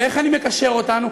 ואיך אני מקשר אותנו?